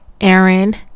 Aaron